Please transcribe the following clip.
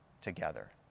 together